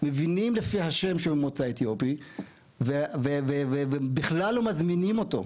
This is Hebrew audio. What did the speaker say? הם מבינים לפי השם שהוא ממוצא אתיופי ובכלל לא מזמינים אותו לראיון.